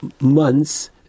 months